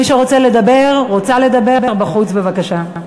מי שרוצֶה לדבר, רוצָה לדבר, בחוץ בבקשה.